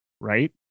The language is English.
right